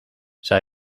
zij